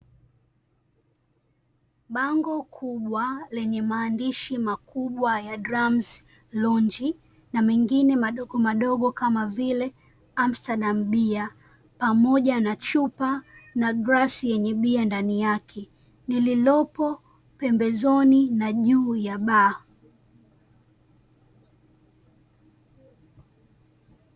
Bango kubwa lenye maandishi makubwa ya "Drums lounge" na mengine madogomadogo, kama vile "amstel" bia pamoja na chupa na glasi yenye bia ndani yake, lililopo pembezoni na juu ya baa.